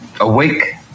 Awake